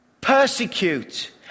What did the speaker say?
persecute